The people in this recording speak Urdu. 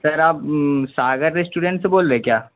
سر آپ ساگر ریسٹورنٹ سے بول رہے ہیں کیا